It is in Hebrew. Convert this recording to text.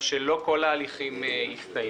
כיוון שלא כל ההליכים הסתיימו.